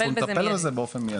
אנחנו נטפל בזה באופן מיידי.